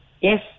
yes